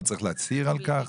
הוא צריך להצהיר על כך?